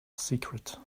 secret